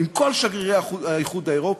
עם כל שגרירי האיחוד האירופי,